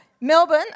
Melbourne